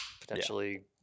potentially